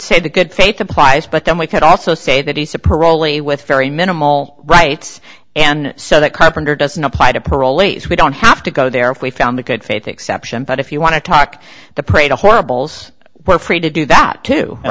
say the good faith applies but then we could also say that it's a pearl a with very minimal rights and so the carpenter doesn't apply to perl a's we don't have to go there if we found a good faith exception but if you want to talk to pray to horrible's we're free to do that too and